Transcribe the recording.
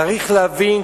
צריך להבין,